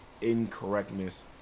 incorrectness